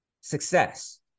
success